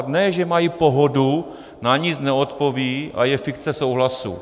Ne že mají pohodu, na nic neodpovědí a je fikce souhlasu.